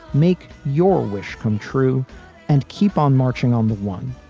make your wish come true and keep on marching on the one.